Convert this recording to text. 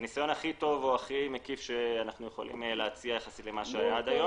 הניסיון הכי טוב והכי מקיף שאנחנו יכולים להציע יחסית למה שהיה עד היום.